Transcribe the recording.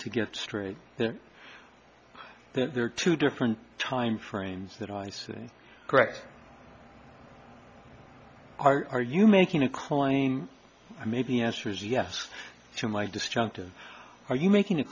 to get straight there that there are two different time frames that i see correct are you making a claim i made the answer is yes to my destructive are you making a